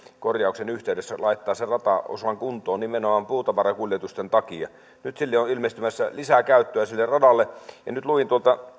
korjauksen yhteydessä laittaa sen rataosan kuntoon nimenomaan puutavarakuljetusten takia nyt sille radalle on ilmestymässä lisää käyttöä ja nyt luin